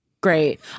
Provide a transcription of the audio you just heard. great